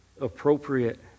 appropriate